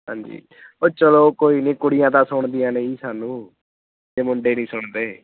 ਹਾਂਜੀ ਓ ਚਲੋ ਕੋਈ ਨਹੀਂ ਕੁੜੀਆਂ ਤਾਂ ਸੁਣਦੀਆਂ ਨੇ ਸਾਨੂੰ ਜੇ ਮੁੰਡੇ ਨਹੀਂ ਸੁਣਦੇ